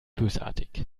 bösartig